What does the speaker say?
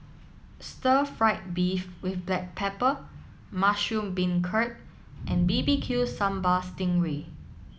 Stir Fried Beef with Black Pepper Mushroom Beancurd and B B Q Sambal Stingray